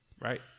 right